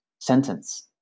sentence